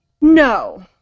No